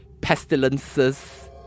pestilences